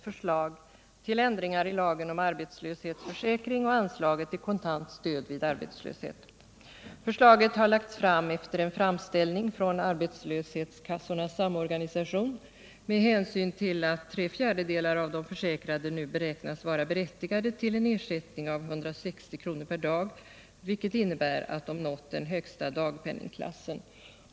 Förslaget har lagts fram efter en framställning från arbetslöshetskassornas samorganisation med hänsyn till att tre fjärdedelar av de försäkrade nu beräknas vara berättigade till en ersättning av 160 kr. per dag, vilket innebär att de nått den högsta dagpenningklassen.